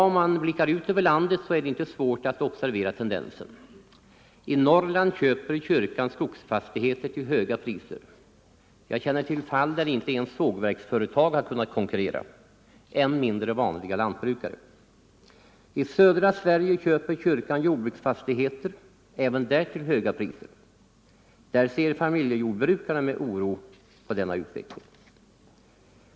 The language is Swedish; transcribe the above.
Om man blickar ut över landet / är det inte svårt att observera tendensen. I Norrland köper kyrkan skogsfastigheter till höga priser. Jag känner till fall där inte ens sågverksföretag har kunnat konkurrera, än mindre vanliga lantbrukare. I södra Sverige köper kyrkan jordbruksfastigheter, även där till höga priser. Där ser familjejordbrukarna med oro på denna utveckling.